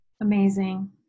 Amazing